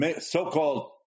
so-called